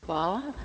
Hvala.